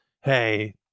hey